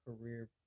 career